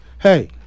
hey